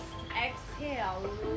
exhale